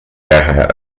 daher